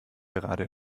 gerade